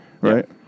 right